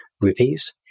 rupees